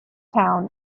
town